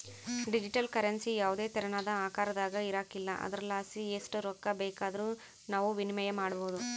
digital currency ಯಾವುದೇ ತೆರನಾದ ಆಕಾರದಾಗ ಇರಕಲ್ಲ ಆದುರಲಾಸಿ ಎಸ್ಟ್ ರೊಕ್ಕ ಬೇಕಾದರೂ ನಾವು ವಿನಿಮಯ ಮಾಡಬೋದು